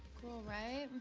cool, right?